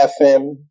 FM